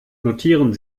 notieren